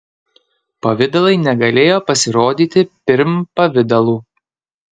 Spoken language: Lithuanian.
pavidalai negalėjo pasirodyti pirm pavidalų